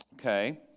Okay